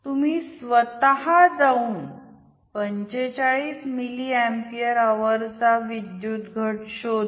तुम्ही स्वतः जाऊन 45 मिली एंपियर अवर चा विद्युत घट शोधा